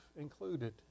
included